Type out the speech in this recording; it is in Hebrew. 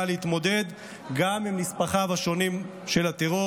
להתמודד גם עם נספחיו השונים של הטרור.